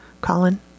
Colin